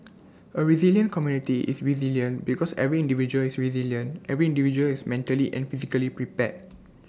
A resilient community is resilient because every individual is resilient every individual is mentally and physically prepared